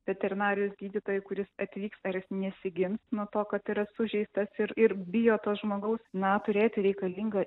veterinarijos gydytojui kuris atvyks ar jis nesigins nuo to kad yra sužeistas ir ir bijo to žmogaus na turėti reikalingą